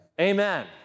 Amen